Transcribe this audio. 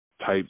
type